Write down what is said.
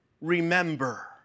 remember